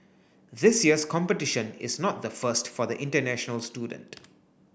this year's competition is not the first for the international student